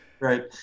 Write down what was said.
Right